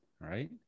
right